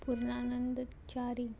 Purnanand Chari